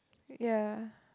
ya